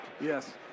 Yes